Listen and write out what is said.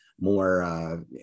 more